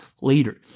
later